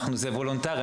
זה וולונטרי.